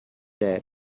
there